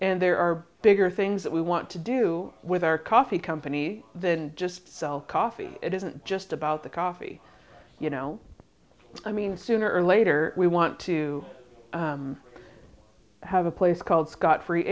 and there are bigger things that we want to do with our coffee company than just sell coffee it isn't just about the coffee you know i mean sooner or later we want to have a place called scott free